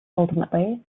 ultimately